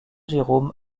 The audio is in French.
jérôme